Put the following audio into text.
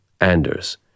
Anders